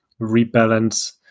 rebalance